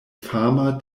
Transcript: fama